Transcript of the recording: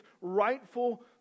rightful